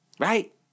right